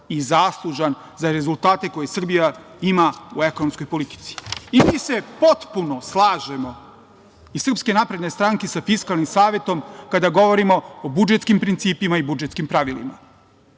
i zaslužan za rezultate koje Srbije ima u ekonomskoj politici. Potpuno se slažemo iz SNS sa Fiskalnim savetom kada govorimo o budžetskim principima i budžetskim pravilima.